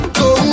go